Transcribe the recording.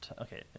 Okay